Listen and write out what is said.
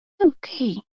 Okay